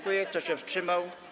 Kto się wstrzymał?